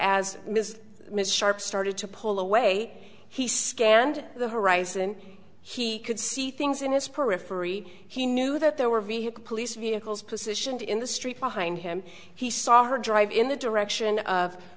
miss miss sharp started to pull away he scanned the horizon he could see things in his periphery he knew that there were police vehicles positioned in the street behind him he saw her drive in the direction of